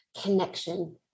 connection